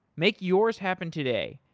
make yours happen today.